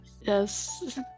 Yes